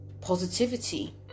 positivity